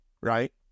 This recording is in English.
right